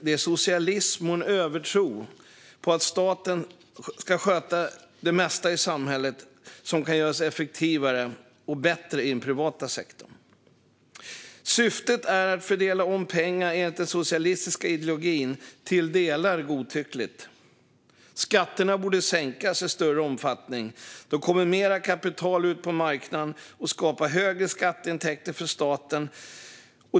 Det är socialism och en övertro på att staten ska sköta det mesta i samhället som kan göras effektivare och bättre i den privata sektorn. Syftet är att fördela om pengar enligt den socialistiska ideologin, till delar godtyckligt. Skatterna borde sänkas i större omfattning. Då kommer mer kapital ut på marknaden. Det skapar högre skatteintäkter för staten.